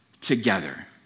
together